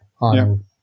on